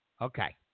Okay